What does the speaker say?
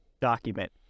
document